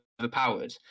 overpowered